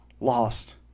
lost